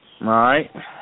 right